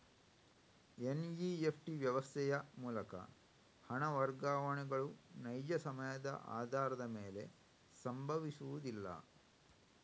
NEFT ವ್ಯವಸ್ಥೆಯ ಮೂಲಕ ಹಣ ವರ್ಗಾವಣೆಗಳು ನೈಜ ಸಮಯದ ಆಧಾರದ ಮೇಲೆ ಸಂಭವಿಸುವುದಿಲ್ಲ